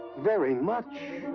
very much!